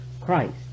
Christ